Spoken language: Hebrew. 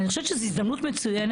אני חושבת שזו הזדמנות מצוינת,